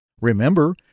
Remember